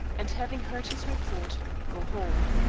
and, having heard his report, go home.